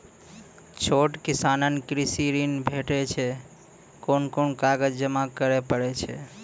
छोट किसानक कृषि ॠण भेटै छै? कून कून कागज जमा करे पड़े छै?